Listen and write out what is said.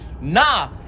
Nah